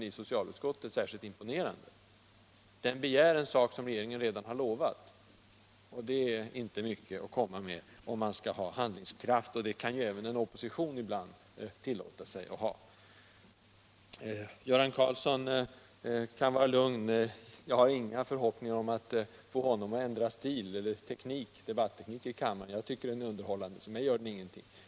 I reservationen begärs något som regeringen redan har lovat, och det är inte mycket att komma med om det gäller att visa handlingskraft — sådan kan även en opposition ibland tillåta sig. Göran Karlsson kan vara lugn — jag har inga förhoppningar om att kunna få honom att ändra debatteknik i kammaren. Jag tycker att den är underhållande, och mig gör den ingenting.